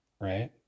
right